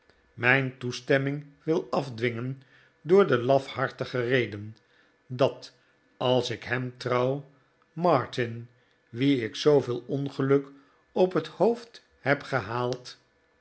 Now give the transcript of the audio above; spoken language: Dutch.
mijn toestemming wil afdwingen door de lafhartige reden dat als ik hem trouw martin wien ik zooveel ongeluk op het hoofd heb gehaald